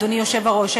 אדוני היושב-ראש,